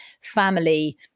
family